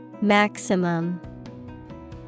Maximum